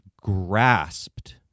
grasped